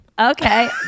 Okay